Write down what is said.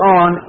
on